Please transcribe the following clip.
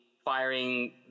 firing